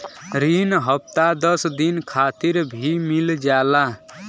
रिन हफ्ता दस दिन खातिर भी मिल जाला